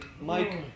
Mike